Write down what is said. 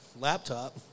Laptop